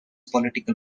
political